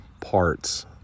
parts